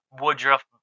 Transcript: Woodruff